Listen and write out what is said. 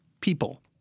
people